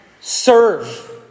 serve